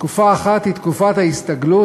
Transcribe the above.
תקופה אחת היא תקופת הסתגלות,